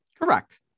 correct